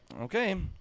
okay